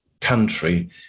country